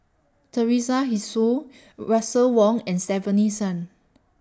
Teresa Hsu Russel Wong and Stefanie Sun